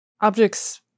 objects